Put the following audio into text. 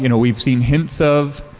you know we've seen hints of,